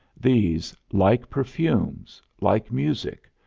these, like perfumes, like music,